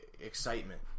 excitement